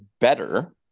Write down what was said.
better